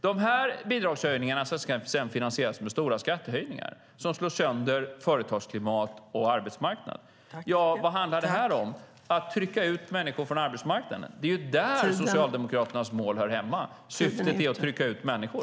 De här bidragshöjningarna ska sedan finansieras med stora skattehöjningar som slår sönder företagsklimat och arbetsmarknad. Vad handlar det om? Det handlar om att trycka ut människor från arbetsmarknaden. Det är där Socialdemokraternas mål hör hemma. Syftet är att trycka ut människor.